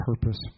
purpose